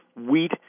wheat